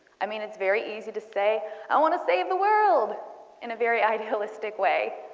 i mean it's very easy to say i want to save the world in a very idealistic way.